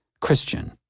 Christian